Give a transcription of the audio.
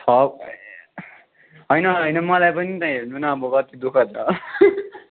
छ होइन होइन मलाई पनि हेर्नु न अब कति दुःख छ